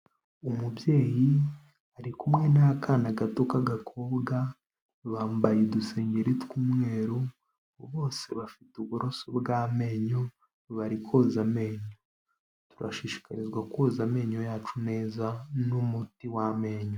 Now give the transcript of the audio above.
Umubyeyi ari kumwe n'akana gato k'agakobwa, bambaye udusengeri tw'umweru, bose bafite uburoso bw'amenyo bari koza amenyo. Turashishikarizwa koza amenyo yacu neza n'umuti w'amenyo.